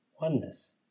oneness